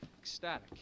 Ecstatic